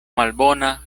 malbona